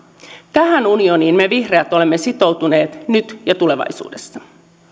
tähän unioniin me vihreät olemme sitoutuneet nyt ja tulevaisuudessa